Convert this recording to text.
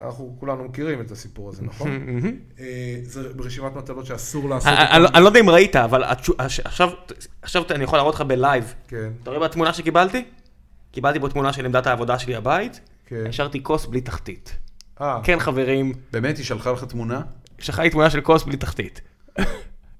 אנחנו כולנו מכירים את הסיפור הזה, נכון? זה ברשימת מטלות שאסור לעשות את זה. אני לא יודע אם ראית, אבל עכשיו אני יכול להראות לך בלייב. כן. אתה רואה את התמונה שקיבלתי? קיבלתי בו תמונה של עמדת העבודה שלי הבית. כן. השארתי כוס בלי תחתית. אה. כן חברים. באמת היא שלחה לך תמונה? היא שלחה לי תמונה של כוס בלי תחתית.